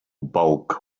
bulk